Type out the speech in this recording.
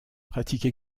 pratique